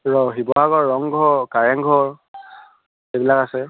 ৰ শিৱসাগৰৰ ৰংঘৰ কাৰেংঘৰ এইবিলাক আছে